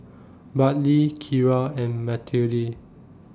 Bartley Kira and Matilde